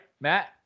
Matt